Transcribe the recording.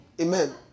Amen